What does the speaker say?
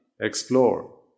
explore